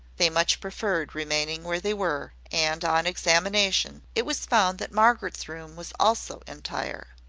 they much preferred remaining where they were and, on examination, it was found that margaret's room was also entire.